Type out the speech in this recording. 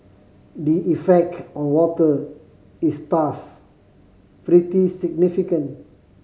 the effect on water is thus pretty significant